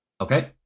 Okay